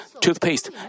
toothpaste